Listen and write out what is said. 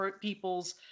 people's